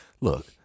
look